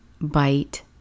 bite